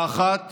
האחת